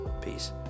Peace